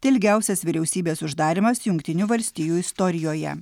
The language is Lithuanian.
tai ilgiausias vyriausybės uždarymas jungtinių valstijų istorijoje